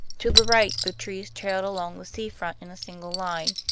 to the right the trees trailed along the sea front in a single line,